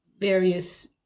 various